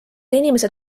inimesed